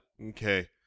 Okay